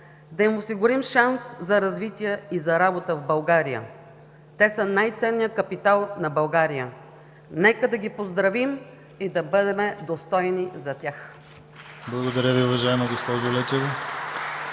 да им осигурим шанс за развитие и за работа в България. Те са най-ценният капитал на България. Нека да ги поздравим и да бъдем достойни за тях! (Ръкопляскания от „БСП